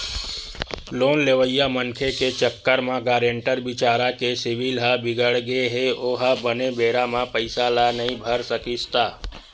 loan लेवइया मनखे के चक्कर म गारेंटर बिचारा के सिविल ह बिगड़गे हे ओहा बने बेरा म पइसा ल नइ भर सकिस त